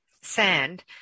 sand